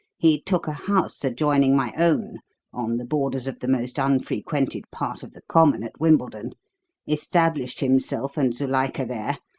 he took a house adjoining my own on the borders of the most unfrequented part of the common at wimbledon established himself and zuilika there,